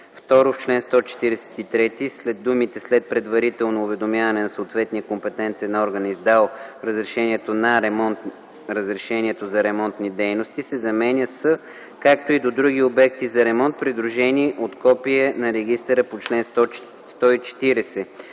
2. В чл. 143 „след предварително уведомяване на съответния компетентен орган, издал разрешението на ремонтни дейности”се заменя с „както и до други обекти за ремонт , придружени от копие на регистъра по чл.140”.”